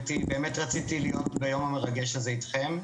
באמת רציתי להיום ביום המרגש הזה איתכם,